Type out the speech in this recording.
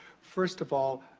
first of all,